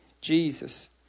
Jesus